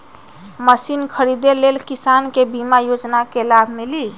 Machine खरीदे ले किसान के बीमा योजना के लाभ मिली?